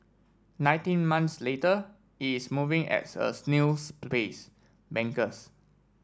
nineteen months later it is moving at a snail's pace bankers